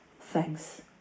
Thanks